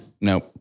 Nope